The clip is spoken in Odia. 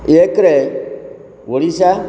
ଏକରେ ଓଡ଼ିଶା